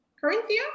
Corinthia